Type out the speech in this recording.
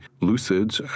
lucid